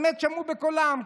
ואז באמת שמעו בקולן.